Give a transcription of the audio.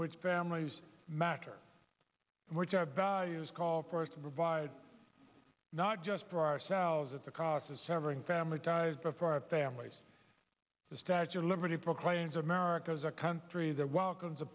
which families matter and which our values call for us to provide not just for ourselves at the cost of severing family ties before our families the statue of liberty proclaims america as a country that welcomes t